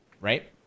Right